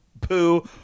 Pooh